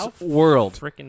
world